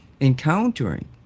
encountering